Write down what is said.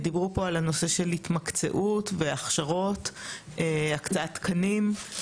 דיברו פה על הנושאים של התמקצעות והכשרות ושל הקצאת תקנים,